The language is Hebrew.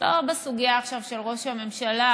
לא בסוגיה עכשיו של ראש הממשלה,